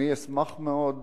אשמח מאוד,